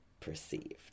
perceived